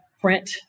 print